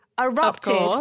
erupted